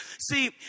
See